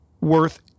worth